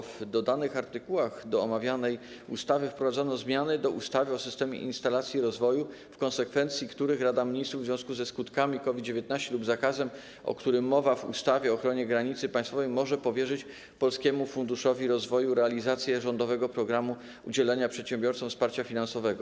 W artykułach dodanych do omawianej ustawy wprowadzono zmiany do ustawy o systemie instytucji rozwoju, w konsekwencji których Rada Ministrów w związku ze skutkami COVID-19 lub zakazem, o którym mowa w ustawie o ochronie granicy państwowej, może powierzyć Polskiemu Funduszowi Rozwoju realizację rządowego programu udzielenia przedsiębiorcom wsparcia finansowego.